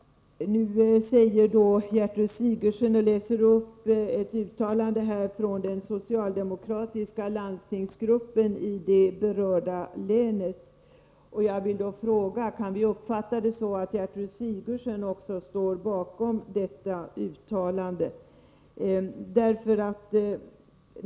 Gertrud Sigurdsen läste upp ett uttalande från den socialdemokratiska landstingsgruppen i det berörda länet. Jag vill då fråga om vi kan uppfatta detta så, att Gertrud Sigurdsen också står bakom detta uttalande.